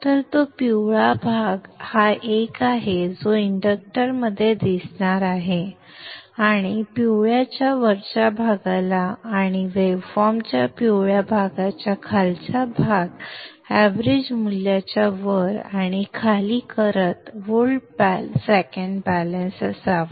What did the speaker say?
तर तो पिवळा भाग हा एक आहे जो इंडक्टरमध्ये दिसणार आहे आणि पिवळ्याच्या वरच्या भागाला आणि वेव्हफॉर्म च्या पिवळ्या भागाचा खालचा भाग एवरेज मूल्याच्या वर आणि खाली करत व्होल्ट सेकंद बॅलन्स असावा